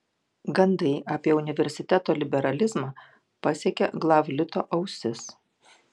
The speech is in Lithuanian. gandai apie universiteto liberalizmą pasiekė glavlito ausis